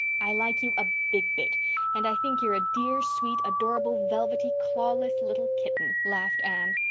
i like you a big bit and i think you're a dear, sweet, adorable, velvety clawless, little kitten, laughed anne,